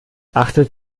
achtet